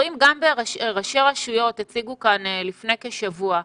ראשי הרשויות הציגו כאן לפני כשבוע,